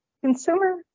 Consumer